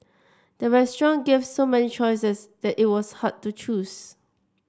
the restaurant gave so many choices that it was hard to choose